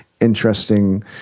interesting